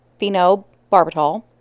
phenobarbital